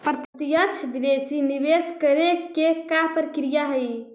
प्रत्यक्ष विदेशी निवेश करे के का प्रक्रिया हइ?